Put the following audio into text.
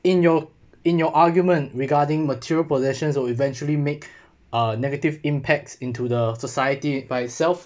in your in your argument regarding material possessions will eventually make uh negative impacts into the society by itself